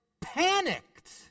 panicked